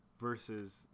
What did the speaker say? versus